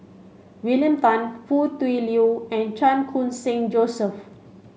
William Tan Foo Tui Liew and Chan Khun Sing Joseph